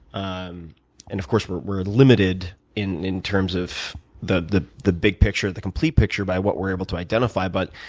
um and of course we're we're limited in in terms of the the big picture, the complete picture, by what we're able to identify, but,